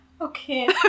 Okay